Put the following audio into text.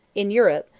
in europe,